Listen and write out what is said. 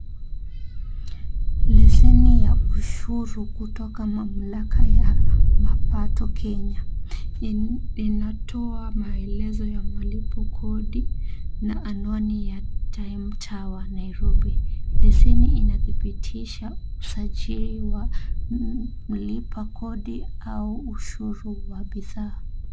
Leseni ya ushuru kutoka mamlaka ya mapato Kenya, linatoa maelezo ya malipo kodi na anwani ya Time Tower Nairobi. Leseni inadhibitisha usajili wa mlipa kodi au ushuru wa bidhaa.